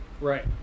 Right